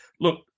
Look